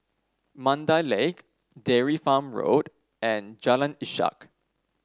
Mandai Lake Dairy Farm Road and Jalan Ishak